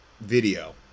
Video